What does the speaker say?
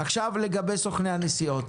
לגבי סוכני הנסיעות